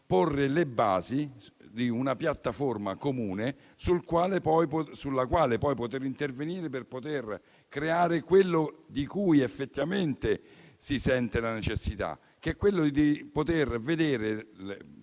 porre le basi di una piattaforma comune sulla quale poi intervenire per poter creare quello di cui effettivamente si avverte la necessità, ossia poter vivere